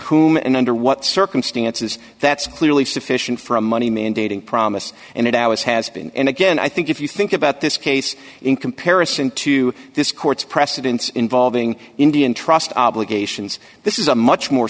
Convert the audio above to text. whom and under what circumstances that's clearly sufficient for a money mandating promise and it as has been again i think if you think about this case in comparison to this court's precedents involving indian trust obligations this is a much more